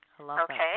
Okay